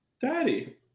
Daddy